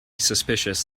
suspicious